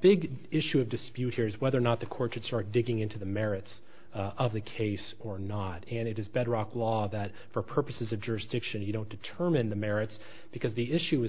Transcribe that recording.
big issue of dispute here is whether or not the court should start digging into the merits of the case or not and it is bedrock law that for purposes of jurisdiction you don't determine the merits because the issue is